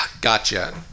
Gotcha